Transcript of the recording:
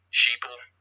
sheeple